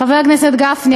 חבר הכנסת גפני.